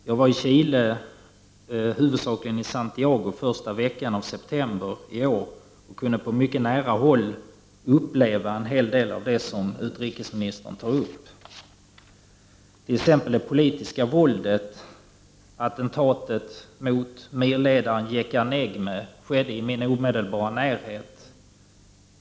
Jag var i Chile, huvudsakligen i Santiago, första veckan i september i år och upplevde på mycket nära håll en hel del av det som utrikesministern tar upp, t.ex. det politiska våldet. Attentatet mot MIR-ledaren Jecar Neghme skedde i min omedelbara närhet.